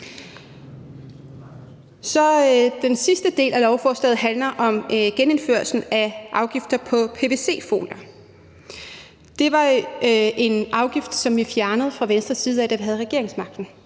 Den sidste del af lovforslaget handler om en genindførelse af afgifter på pvc-folier. Det var en afgift, som vi fra Venstres side fjernede, da vi havde regeringsmagten,